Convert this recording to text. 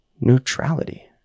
Neutrality